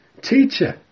Teacher